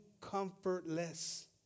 comfortless